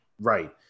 right